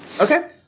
Okay